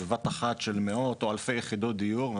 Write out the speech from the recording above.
בבת אחת של מאות או אלפי יחידות דיור.